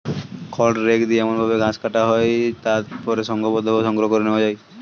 খড় রেক দিয়ে এমন ভাবে ঘাস কাটা হয় যাতে তা পরে সংঘবদ্ধভাবে সংগ্রহ করে নেওয়া যায়